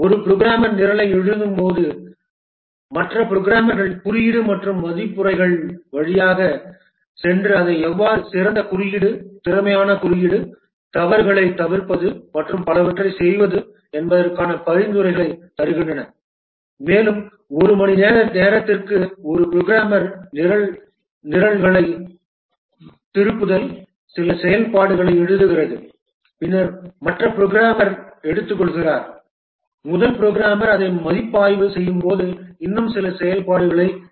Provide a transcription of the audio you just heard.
ஒரு புரோகிராமர் நிரலை எழுதும்போது மற்ற புரோகிராமர்கள் குறியீடு மற்றும் மதிப்புரைகள் வழியாகச் சென்று அதை எவ்வாறு சிறந்த குறியீடு திறமையான குறியீடு தவறுகளைத் தவிர்ப்பது மற்றும் பலவற்றைச் செய்வது என்பதற்கான பரிந்துரைகளைத் தருகின்றன மேலும் ஒரு மணிநேரத்திற்கு ஒரு புரோகிராமர் நிரல் நிரல்களைத் திருப்புதல் சில செயல்பாடுகளை எழுதுகிறது பின்னர் மற்ற புரோகிராமர் எடுத்துக்கொள்கிறார் முதல் புரோகிராமர் அதை மதிப்பாய்வு செய்யும் போது இன்னும் சில செயல்பாடுகளை எழுதுங்கள்